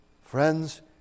Friends